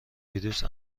ویروس